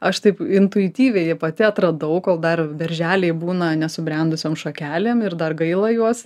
aš taip intuityviai pati atradau kol dar berželiai būna nesubrendusiom šakelėm ir dar gaila juos